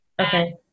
Okay